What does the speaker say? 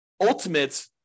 ultimate